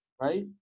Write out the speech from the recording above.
right